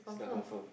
Is dah confirm